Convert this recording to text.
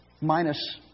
Minus